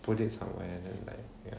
put it somewhere and then like ya